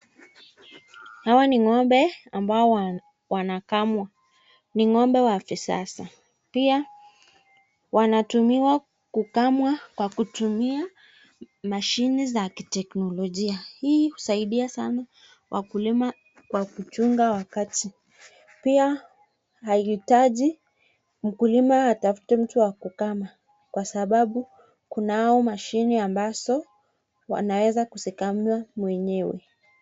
Hawa ni ng'ombe ambao wanakamwa. Ni ng'ombe wa kisasa. Pia wanatumiwa kukamwa kwa kutumia mashini za kiteknolojia. Hii husaidia sana wakulima kwa kuchunga wakati, pia haihitaji mkulima atafute mtu wa kukama, kwa sababu kunao mashine ambazo wanaweza kuzikamua mwenyewe.